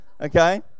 Okay